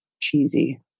cheesy